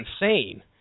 insane